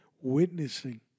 witnessing